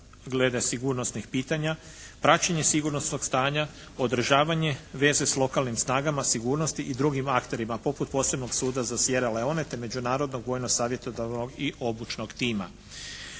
glede sigurnosnih pitanja, praćenje sigurnosnog stanja, održavanje veze s lokalnim snagama sigurnosti i drugim akterima poput posebnog suda za Siera Leone te međunarodnog, vojno-savjetodavnog i obučnog tima.